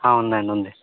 ఆ ఉందండి ఉంది